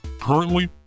Currently